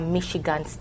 Michigan